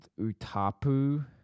Utapu